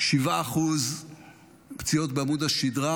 7% פציעות בעמוד השדרה,